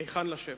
היכן לשבת,